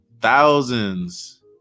thousands